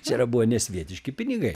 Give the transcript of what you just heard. čia yra buvo nesvietiški pinigai